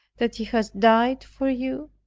that he has died for you?